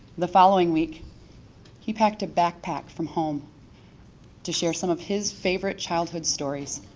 the following week he packed a backpack from home to share some of his favorite childhood stories.